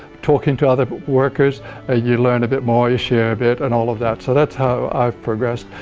talking to other workers ah you learn a bit more, you share a bit and all of that, so that's how i've progressed.